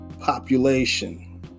population